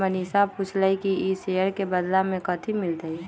मनीषा पूछलई कि ई शेयर के बदला मे कथी मिलतई